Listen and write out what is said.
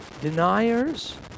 deniers